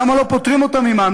למה לא פוטרים אותם ממע"מ?